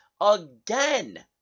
again